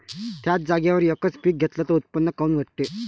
थ्याच जागेवर यकच पीक घेतलं त उत्पन्न काऊन घटते?